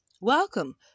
Welcome